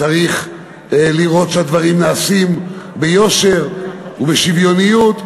צריך לראות שהדברים נעשים ביושר ובשוויוניות,